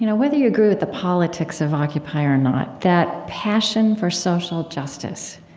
you know whether you agree with the politics of occupy or not, that passion for social justice,